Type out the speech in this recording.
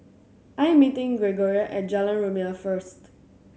I am meeting Gregoria at Jalan Rumia first